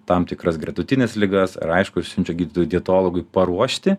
tam tikras gretutines ligas ar aišku ir siunčia gydytojui dietologui paruošti